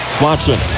Watson